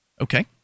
Okay